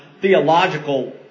theological